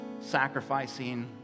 Sacrificing